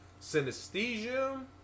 Synesthesia